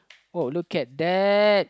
uh look at that